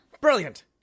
Brilliant